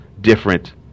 different